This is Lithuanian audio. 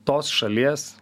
tos šalies